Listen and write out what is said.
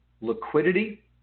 Liquidity